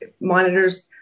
monitors